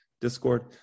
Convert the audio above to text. Discord